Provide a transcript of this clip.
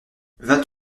vingt